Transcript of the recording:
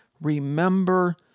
Remember